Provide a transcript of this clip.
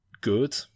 good